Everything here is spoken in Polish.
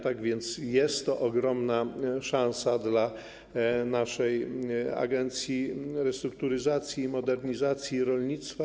Tak więc jest to ogromna szansa dla naszej Agencji Restrukturyzacji i Modernizacji Rolnictwa.